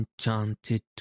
enchanted